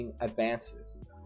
advances